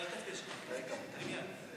ההצעה להעביר את הנושא לוועדת העבודה,